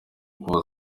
kuva